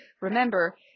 remember